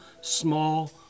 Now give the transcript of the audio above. small